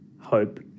hope